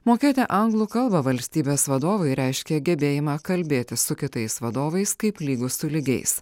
mokėti anglų kalbą valstybės vadovui reiškia gebėjimą kalbėti su kitais vadovais kaip lygus su lygiais